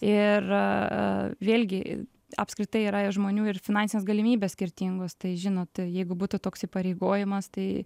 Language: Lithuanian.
ir vėlgi apskritai yra ir žmonių ir finansinės galimybės skirtingos tai žinot jeigu būtų toks įpareigojimas tai